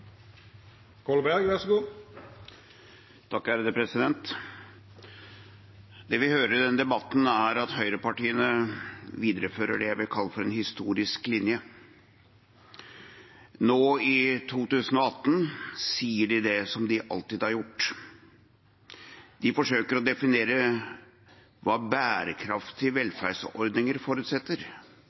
Det vi hører i denne debatten, er at høyrepartiene viderefører det jeg vil kalle en historisk linje. Nå, i 2018, sier de det som de alltid har gjort – de forsøker å definere hva bærekraftige velferdsordninger forutsetter.